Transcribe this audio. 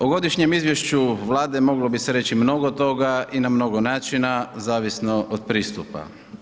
O Godišnjem izvješću Vlade moglo bi se reći mnogo toga i na mnogo načina zavisno od pristupa.